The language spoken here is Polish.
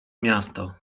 miasto